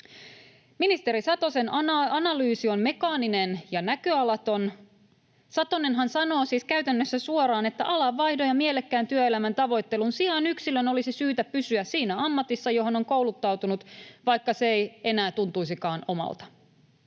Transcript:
Ministeri Satosen analyysi on mekaaninen ja näköalaton. Satonenhan sanoo siis käytännössä suoraan, että alanvaihdon ja mielekkään työelämän tavoittelun sijaan yksilön olisi syytä pysyä siinä ammatissa, johon on kouluttautunut, vaikka se ei enää tuntuisikaan omalta.